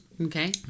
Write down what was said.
Okay